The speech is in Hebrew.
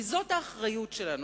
כי זאת האחריות שלנו.